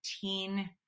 teen